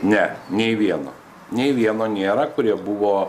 ne nei vieno nei vieno nėra kurie buvo